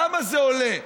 כמה זה עולה?